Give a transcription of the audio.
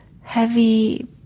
heavy